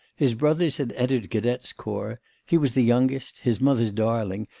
his brothers had entered cadets' corps he was the youngest, his mother's darling,